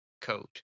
code